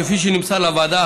כפי שנמסר לוועדה,